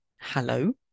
hello